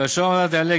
כאשר המדד יעלה,